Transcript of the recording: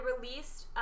released